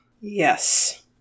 Yes